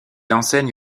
enseigne